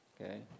Okay